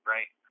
Right